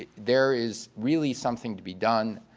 ah there is really something to be done,